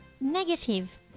negative